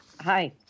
Hi